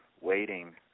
waiting